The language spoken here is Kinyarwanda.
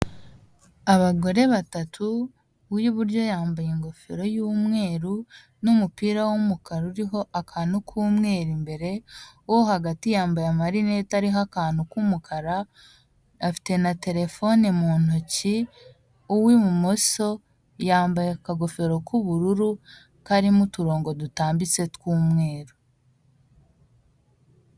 Abagore batatu, uw'iburyo yambaye ingofero y'umweru n'umupira w'umukara uriho akantu k'umweru imbere, uwo hagati yambaye amarinete ariho akantu k'umukara, afite na terefone mu ntoki, uw'ibumoso yambaye akagofero k'ubururu karimo uturongo dutambitse tw'umweru.